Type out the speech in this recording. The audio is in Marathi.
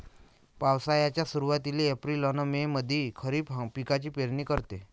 पावसाळ्याच्या सुरुवातीले एप्रिल अन मे मंधी खरीप पिकाची पेरनी करते